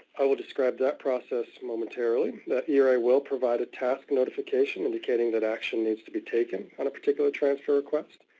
i will describe that process momentarily. that year i will provide a task notification indicating that action needs to be taken on a particular transfer request.